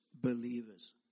believers